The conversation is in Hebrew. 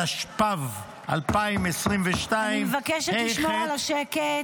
התשפ"ב 2022 -- אני מבקשת לשמור על השקט.